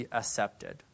accepted